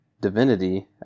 divinity